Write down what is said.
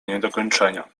niedokończenia